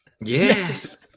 Yes